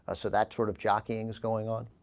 ah so that sort of jockeying is going on